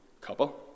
Couple